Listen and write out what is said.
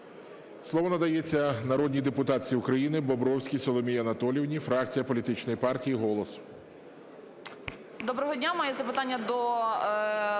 Слово надається народній депутатці України Бобровській Соломії Анатоліївні, фракція політичної партії "Голос".